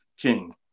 King